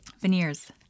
veneers